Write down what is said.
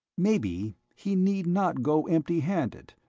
maybe he need not go empty-handed,